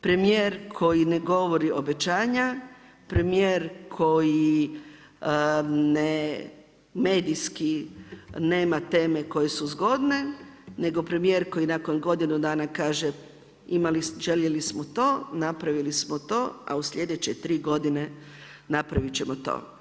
Premjer koji ne govori obećanja, premjer koji medijski nema teme koje su zgodne nego premjer koji nakon godinu dana kaže, željeli smo to, napravili smo to, a u sljedeće 3 godine napraviti ćemo to.